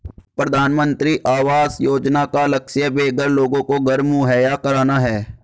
प्रधानमंत्री आवास योजना का लक्ष्य बेघर लोगों को घर मुहैया कराना है